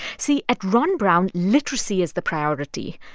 see, at ron brown, literacy is the priority.